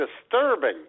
disturbing